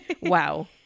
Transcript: Wow